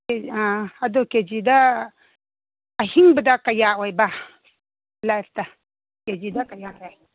ꯑꯗꯨ ꯀꯦꯖꯤꯗ ꯑꯍꯤꯡꯕꯗ ꯀꯌꯥ ꯑꯣꯏꯕ ꯂꯥꯏꯞꯇ ꯀꯦꯖꯤꯗ ꯀꯌꯥ ꯂꯩ